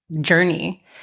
journey